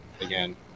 again